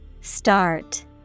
Start